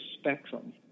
spectrum